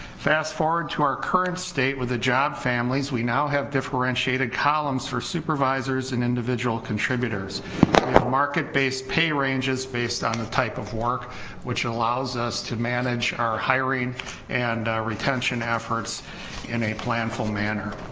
fast forward to our current state with the job families, we now have differentiated columns for supervisors and individual contributors market based pay ranges based on the type of work which allows us to manage our hiring and retention efforts in a planful manner.